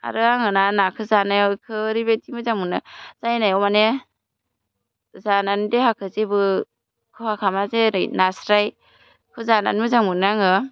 आरो आङो ना नाखौ जानायावथ' ओरैबादि मोजां मोनो नायनायाव माने जानानै देहाखौ जेबो खहा खालामा जेरै नास्राइखौ जानानै मोजां मोनो आङो